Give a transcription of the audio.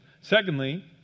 Secondly